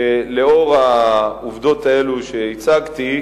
שלנוכח העובדות האלה שהצגתי,